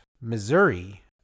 Missouri